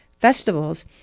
festivals